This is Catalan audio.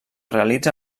realitza